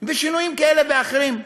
ושינויים כאלה ואחרים.